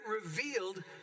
revealed